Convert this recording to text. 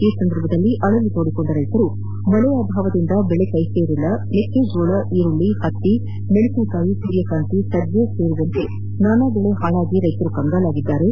ಈ ಸಂದರ್ಭದಲ್ಲಿ ಅಳಲು ತೋಡಿಕೊಂಡ ರೈತರು ಮಳೆ ಅಭಾವದಿಂದ ಬೆಳೆ ಕೈಸೇರಿಲ್ಲ ಮೆಕ್ಕೆಜೋಳ ಈರುಳ್ಳಿ ಹತ್ತಿ ಮೆಣಸಿನಕಾಯಿ ಸೂರ್ಯಕಾಂತಿ ಸಜ್ಜೆ ಸೇರಿದಂತೆ ನಾನಾ ಬೆಳೆ ಹಾಳಾಗಿ ರೈತರು ಕಂಗಾಲಾಗಿದ್ದಾರೆ